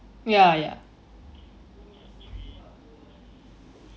ya ya